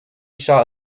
shaw